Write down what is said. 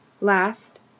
last